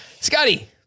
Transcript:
Scotty